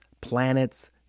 planets